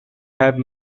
have